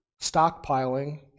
stockpiling